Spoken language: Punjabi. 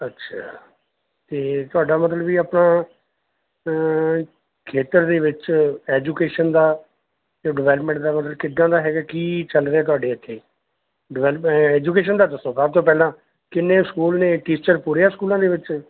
ਅੱਛਾ ਅਤੇ ਤੁਹਾਡਾ ਮਤਲਬ ਵੀ ਆਪਣਾ ਖੇਤਰ ਦੇ ਵਿੱਚ ਐਜੂਕੇਸ਼ਨ ਦਾ ਅਤੇ ਡਿਵੈਲਪਮੈਂਟ ਦਾ ਮਤਲਬ ਕਿੱਦਾਂ ਦਾ ਹੈਗਾ ਕੀ ਚੱਲ ਰਿਹਾ ਤੁਹਾਡੇ ਇੱਥੇ ਡਿਵੈਲਪ ਐਜੂਕੇਸ਼ਨ ਦਾ ਦੱਸੋ ਸਭ ਤੋਂ ਪਹਿਲਾਂ ਕਿੰਨੇ ਸਕੂਲ ਨੇ ਟੀਚਰ ਪੂਰੇ ਆ ਸਕੂਲਾਂ ਦੇ ਵਿੱਚ